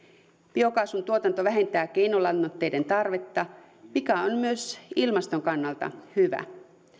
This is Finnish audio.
biokaasun tuotanto vähentää keinolannoitteiden tarvetta mikä on myös ilmaston kannalta hyvä